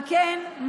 על כן,